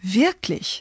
wirklich